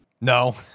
No